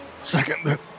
Second